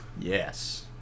Yes